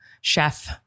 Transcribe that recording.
chef